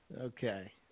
Okay